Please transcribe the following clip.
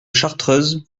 chartreuse